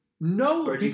No